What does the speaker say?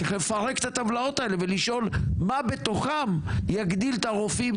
צריך לפרק את הטבלאות האלה ולשאול מה בתוכן יגדיל את הרופאים,